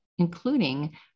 including